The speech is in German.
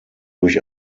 durch